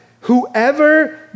whoever